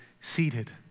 seated